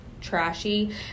trashy